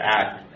act